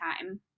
time